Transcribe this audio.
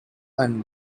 and